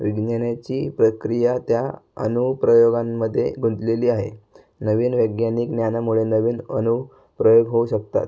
विज्ञानाची प्रक्रिया त्या अनुप्रयोगांमध्ये गुंतलेली आहे नवीन वैज्ञानिक ज्ञानामुळे नवीन अनु प्रयोग होऊ शकतात